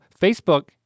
Facebook